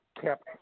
kept